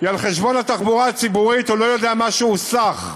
היא על-חשבון התחבורה הציבורית אינו יודע מה הוא סח.